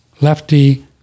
lefty